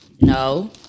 No